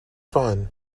fun